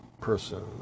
person